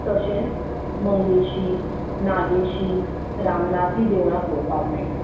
तशेंच मंगेशीं नागेशीं रामनाथी देवळां पळोवपाक मेळटा